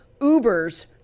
Ubers